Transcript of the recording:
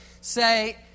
say